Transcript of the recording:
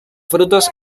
frutas